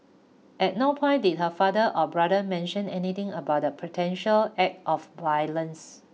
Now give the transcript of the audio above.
at no point did her father or brother mention anything about the potential act of violence